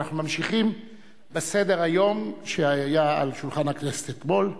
אנחנו ממשיכים בסדר-היום שהיה על שולחן הכנסת אתמול.